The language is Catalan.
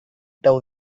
teu